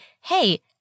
hey